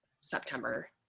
September